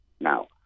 Now